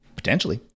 Potentially